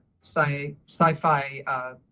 sci-fi